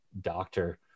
doctor